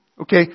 Okay